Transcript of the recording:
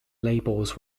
labels